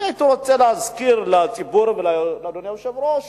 אני הייתי רוצה להזכיר לציבור ולאדוני היושב-ראש